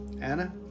Anna